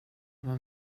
vad